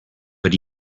but